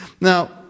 Now